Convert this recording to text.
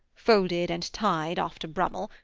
folded and tied after brummel,